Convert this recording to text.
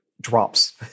drops